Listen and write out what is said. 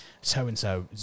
so-and-so